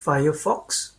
firefox